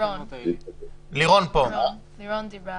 לירון וגם